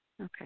Okay